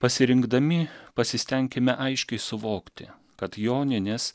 pasirinkdami pasistenkime aiškiai suvokti kad joninės